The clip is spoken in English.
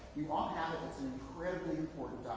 you all have this and incredibly important